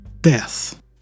Death